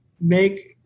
make